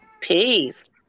Peace